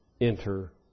enter